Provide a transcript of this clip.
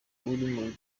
uri